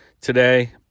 today